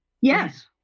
Yes